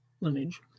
lineage